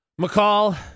McCall